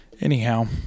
Anyhow